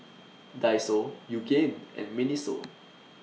Daiso Yoogane and Miniso